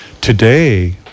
Today